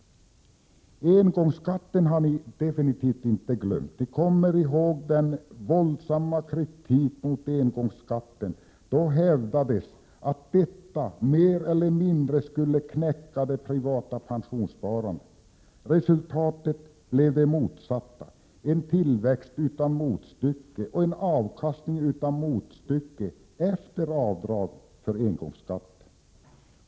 Engångsskatten har vi definitivt inte glömt. Vi kommer ihåg den våldsamma kritiken mot engångsskatten. Då hävdades att den mer eller mindre skulle knäcka det privata pensionssparandet. Resultatet blev det motsatta — en tillväxt utan motstycke och en avkastning utan motstycke efter avdrag för engångsskatten!